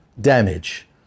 damage